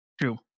True